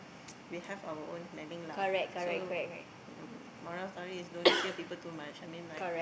we have our own planning lah so um moral of story is don't hear people too much I mean like